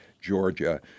Georgia